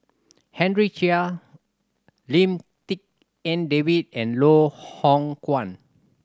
Henry Chia Lim Tik En David and Loh Hoong Kwan